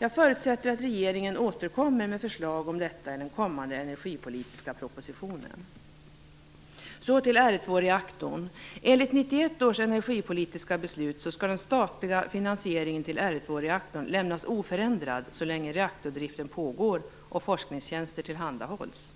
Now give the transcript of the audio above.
Jag förutsätter att regeringen återkommer med förslag om detta i den kommande energipolitiska propositionen. Sedan vill jag tala litet om R2-reaktorn. Enligt 1991 års energipolitiska beslut, skall den statliga finansieringen till R2-reaktorn lämnas oförändrad så länge reaktordriften pågår och forskningstjänster tillhandahålls.